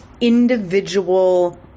individual